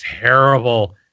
terrible